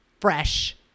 fresh